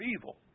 evil